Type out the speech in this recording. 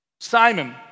Simon